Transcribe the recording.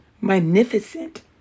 magnificent